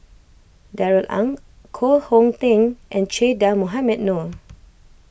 Darrell Ang Koh Hong Teng and Che Dah Mohamed Noor